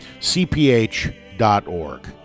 cph.org